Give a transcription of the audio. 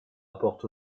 apporte